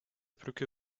brücke